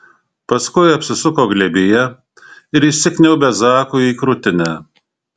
paskui apsisuko glėbyje ir įsikniaubė zakui į krūtinę